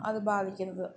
അത് ബാധിക്കുന്നത്